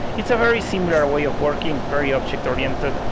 it's a very similar way of working very object-oriented,